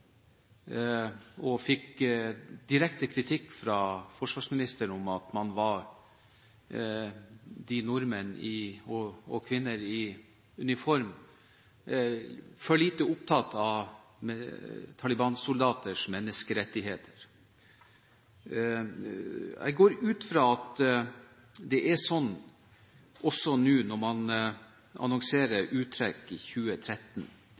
fikk direkte kritikk fra forsvarsministeren for at nordmenn og kvinner i uniform var for lite opptatt av Taliban-soldaters menneskerettigheter. Jeg går ut fra at det, når man annonserer uttrekk i 2013,